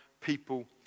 people